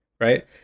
right